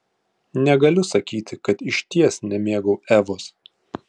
negaliu sakyti kad išties nemėgau evos